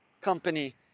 company